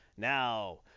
Now